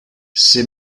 ses